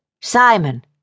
Simon